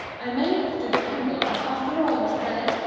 i may have to depend on her after all, mr. bennet,